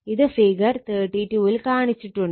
ഇത് ഫിഗർ 32 ൽ കാണിച്ചിട്ടുണ്ട്